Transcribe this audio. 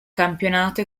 campionato